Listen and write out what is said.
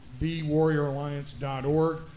thewarrioralliance.org